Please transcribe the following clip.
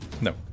No